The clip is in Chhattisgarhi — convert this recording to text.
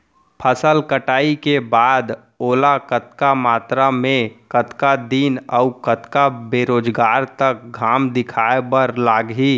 फसल कटाई के बाद ओला कतका मात्रा मे, कतका दिन अऊ कतका बेरोजगार तक घाम दिखाए बर लागही?